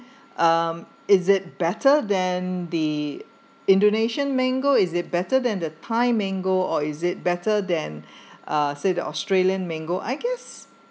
um is it better than the indonesian mango is it better than the thai mango or is it better than uh said the australian mango I guess